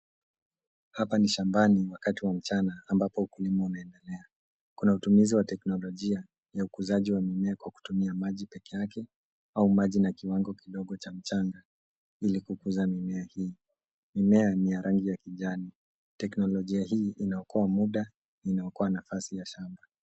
Hapa ni shambani wakati wa mchana ambapo wakulima wameendelea, kuna watumizi wa teknolojia ya ukuzaji wa mimea kwa kutumia maji peke yake au maji na kiwango kidogo cha mchanga ili kukuza mimea hii, mimea ni ya rangi ya kijani. Teknolojia hii inaokoa muda na inaokoa nafasi ya shamba.